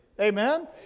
Amen